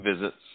visits